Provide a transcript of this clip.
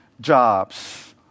jobs